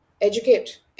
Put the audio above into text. educate